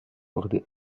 bordée